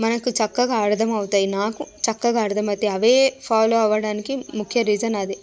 మనకు చక్కగా అర్థం అవుతాయి నాకు చక్కగా అర్థం అవుతాయి అవే ఫాలో అవడానికి ముఖ్య రీజన్ అదే